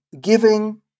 giving